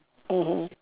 mmhmm